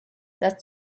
that